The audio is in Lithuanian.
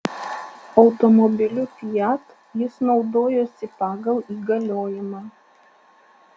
automobiliu fiat jis naudojosi pagal įgaliojimą